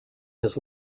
his